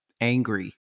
angry